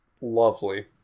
lovely